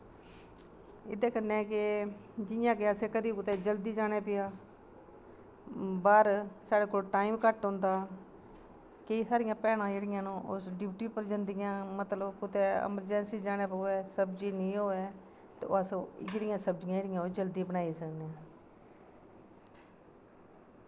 एह्दे कन्नै गै अगर असें कुतै जल्दी जाना पेआ बाह्र साढ़ै कोल टाईम घट्ट होंदा केंई साढ़ियां भैनां जेह्ड़ियां न ओह् डयूटी पर जंदियां मतलव कुतै असरजैंसी जाना पवै सब्जी नेंई होऐ तो अस इयै नेहियां सब्जियां जेह्ड़ियां जलदी बनाई सकने